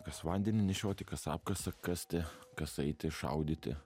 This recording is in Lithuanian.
kas vandenį nešioti kas apkasą kasti kas eiti šaudyti